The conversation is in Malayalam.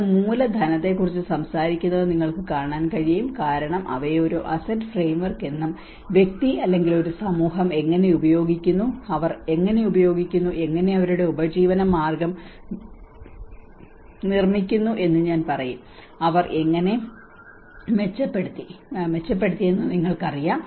അത് മൂലധനത്തെ കുറിച്ച് സംസാരിക്കുന്നത് നിങ്ങൾക്ക് കാണാൻ കഴിയും കാരണം അവയെ ഒരു അസറ്റ് ഫ്രെയിംവർക്ക് എന്നും വ്യക്തി അല്ലെങ്കിൽ ഒരു സമൂഹം എങ്ങനെ ഉപയോഗിക്കുന്നു അവർ എങ്ങനെ ഉപയോഗിക്കുന്നു അവർ എങ്ങനെ അവരുടെ ഉപജീവനമാർഗ്ഗം നിർമ്മിക്കുന്നു എന്ന് ഞാൻ പറയും അവർ എങ്ങനെ മെച്ചപ്പെടുത്തി മെച്ചപ്പെടുത്തി എന്ന് നിങ്ങൾക്കറിയാം